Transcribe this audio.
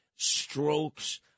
strokes